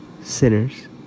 sinners